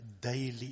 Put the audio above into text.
daily